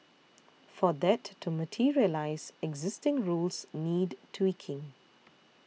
for that to materialise existing rules need tweaking